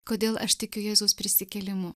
kodėl aš tikiu jėzaus prisikėlimu